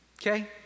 Okay